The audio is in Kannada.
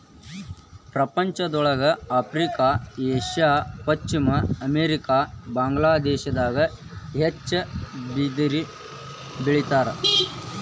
ಪ್ರಪಂಚದೊಳಗ ಆಫ್ರಿಕಾ ಏಷ್ಯಾ ಪಶ್ಚಿಮ ಅಮೇರಿಕಾ ಬಾಗದಾಗ ಹೆಚ್ಚ ಬಿದಿರ ಬೆಳಿತಾರ